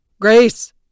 Grace